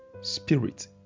spirit